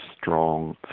strong